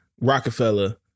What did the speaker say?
Rockefeller